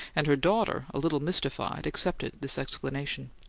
and her daughter, a little mystified, accepted this explanation.